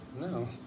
No